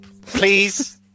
Please